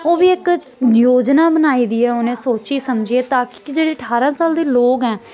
ओह् बी इक योजना बनाई दी ऐ उ'नें सोची समझियै ताकि कि जेह्ड़े ठारां साल दे लोक ऐं